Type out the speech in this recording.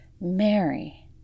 Mary